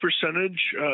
percentage